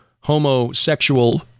homosexual